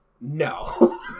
No